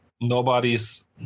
nobody's